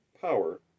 power